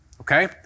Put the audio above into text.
Okay